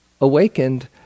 awakened